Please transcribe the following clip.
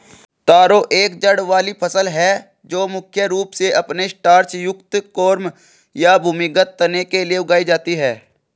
तारो एक जड़ वाली फसल है जो मुख्य रूप से अपने स्टार्च युक्त कॉर्म या भूमिगत तने के लिए उगाई जाती है